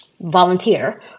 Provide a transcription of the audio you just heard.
volunteer